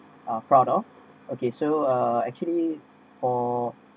uh proud of okay so uh actually for